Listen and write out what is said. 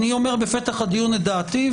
אני אומר בפתח הדיון את דעתי,